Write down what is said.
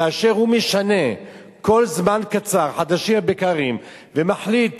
כאשר הוא משנה כל זמן קצר, חדשים לבקרים, ומחליט